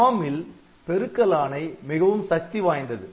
ARM ல் பெருக்கல் ஆணை மிகவும் சக்தி வாய்ந்தது